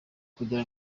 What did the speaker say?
kugira